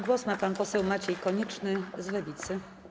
Głos ma pan poseł Maciej Konieczny z Lewicy.